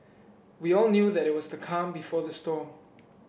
we all knew that it was the calm before the storm